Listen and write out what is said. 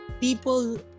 people